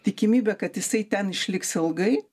tikimybė kad jisai ten išliks ilgai